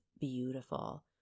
beautiful